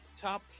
top